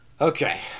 Okay